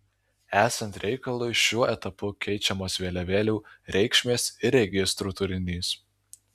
esant reikalui šiuo etapu keičiamos vėliavėlių reikšmės ir registrų turinys